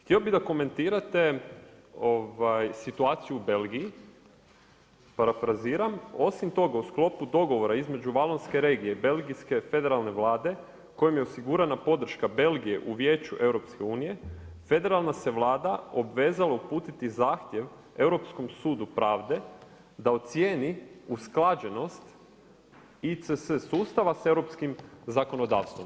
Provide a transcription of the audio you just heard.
Htio bih da komentirate situaciju u Belgiji, parafraziram, osim toga u sklopu dogovora između Valonske regije i Belgijske federalne vlade kojom je osigurana podrška Belgije u Vijeću EU, Federalna se vlada obvezala uputiti zahtjev Europskom sudu pravde da ocijeni usklađenost ICS sustava s europskim zakonodavstvom.